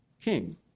king